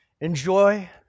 Enjoy